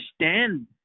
understand